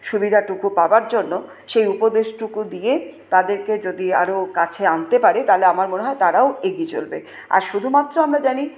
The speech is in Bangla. সুবিধাটুকু পাওয়ার জন্য সেই উপদেশটুকু দিয়ে তাদেরকে যদি আরও কাছে আনতে পারে তাহলে আমার মনে হয় তারাও এগিয়ে চলবে আর শুধুমাত্র আমরা জানি